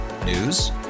news